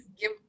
give